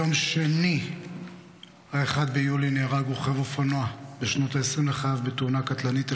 ביום שני 1 ביולי נהרג רוכב אופנוע בשנות העשרים לחייו בתאונה קטלנית על